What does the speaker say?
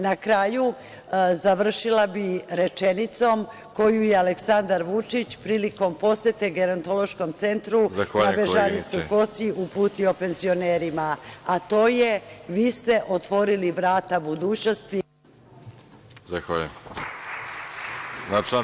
Na kraju, završila bih rečenicom koju je Aleksandar Vučić prilikom posete gerontološkom centru na Bežanijskoj Kosi uputio penzionerima, a to je – vi ste otvorili vrata budućnosti našoj zemlji.